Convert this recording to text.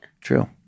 True